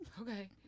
Okay